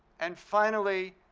and finally,